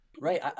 Right